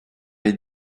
est